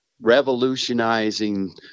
revolutionizing